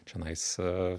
čenais a